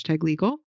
legal